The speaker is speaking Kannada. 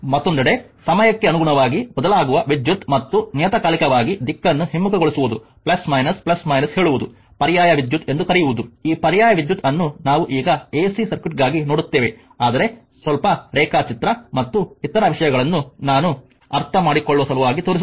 ಮತ್ತೊಂದೆಡೆ ಸಮಯಕ್ಕೆ ಅನುಗುಣವಾಗಿ ಬದಲಾಗುವ ವಿದ್ಯುತ್ ಮತ್ತು ನಿಯತಕಾಲಿಕವಾಗಿ ದಿಕ್ಕನ್ನು ಹಿಮ್ಮುಖಗೊಳಿಸುವುದು ಹೇಳುವುದು ಪರ್ಯಾಯ ವಿದ್ಯುತ್ ಎಂದು ಕರೆಯುವುದು ಈ ಪರ್ಯಾಯ ವಿದ್ಯುತ್ ಆನ್ನು ನಾವು ಈಗ ಎಸಿ ಸರ್ಕ್ಯೂಟ್ಗಾಗಿ ನೋಡುತ್ತೇವೆ ಆದರೆ ಸ್ವಲ್ಪ ರೇಖಾಚಿತ್ರ ಮತ್ತು ಇತರ ವಿಷಯಗಳನ್ನು ನಾನು ಅರ್ಥಮಾಡಿಕೊಳ್ಳುವ ಸಲುವಾಗಿ ತೋರಿಸುತ್ತೇನೆ